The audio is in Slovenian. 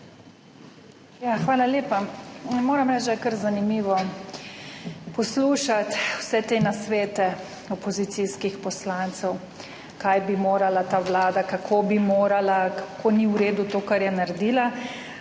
hvala lepa. No, moram reči, da je kar zanimivo poslušati vse te nasvete opozicijskih poslancev, kaj bi morala ta vlada, kako bi morala, kako ni v redu to, kar je naredila,